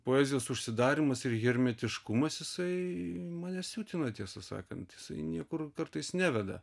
poezijos užsidarymas ir hermetiškumas jisai mane siutina tiesą sakant jisai niekur kartais neveda